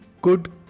good